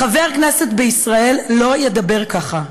חבר כנסת בישראל לא ידבר ככה,